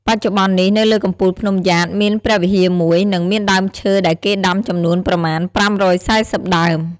បច្ចុប្បន្ននេះនៅលើកំពូលភ្នំយ៉ាតមានព្រះវិហារមួយ និងមានដើមឈើដែលគេដាំចំនួនប្រមាណ ៥៤០ដើម។